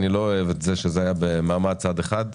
אני לא אוהב את זה שזה היה במעמד צד אחד.